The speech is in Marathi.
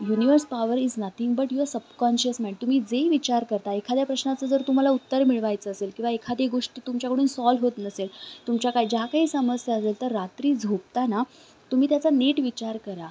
universe power is nothing but your subconscious mind तुम्ही जे विचार करता एखाद्या प्रश्नाचं जर तुम्हाला उत्तर मिळवायचं असेल किंवा एखादी गोष्टी तुमच्याकडून सॉल्व होत नसेल तुमच्या काय ज्या काही समस्या असेल तर रात्री झोपताना तुम्ही त्याचा नीट विचार करा